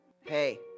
Hey